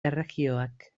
erregioak